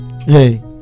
hey